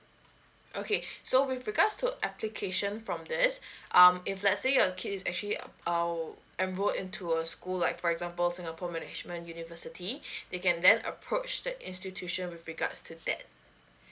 okay so with regards to application from this um if let's say your kid is actually um uh enroll into a school like for example singapore management university they can then approach the institution with regards to that